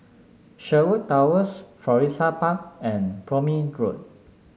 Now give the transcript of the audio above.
Sherwood Towers Florissa Park and Prome Road